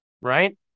right